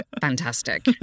fantastic